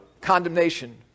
condemnation